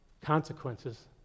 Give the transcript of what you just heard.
consequences